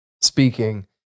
speaking